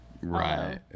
right